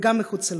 וגם מחוץ לה.